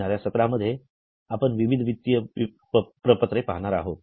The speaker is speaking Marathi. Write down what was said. येणाऱ्या सत्रामध्ये आपण विविध वित्तीय प्रपत्रे पाहणार आहोत